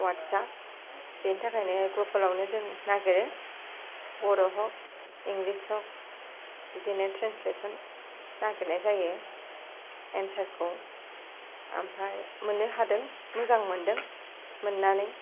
अवार्दसा बेनि थाखायनो गगोलावनो जों नागिरो बर' हख इंलिस हख बिदिना ट्रेन्सलेसन नागिरनाय जायो एनसारखौ ओमफाय मोननो हादों मोजां मोनदों मोननानै